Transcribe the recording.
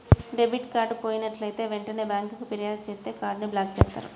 debit card పోయినట్లైతే వెంటనే బ్యేంకుకి ఫిర్యాదు చేత్తే కార్డ్ ని బ్లాక్ చేత్తారు